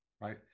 right